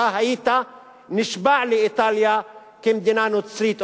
אתה היית נשבע אמונים לאיטליה כמדינה נוצרית?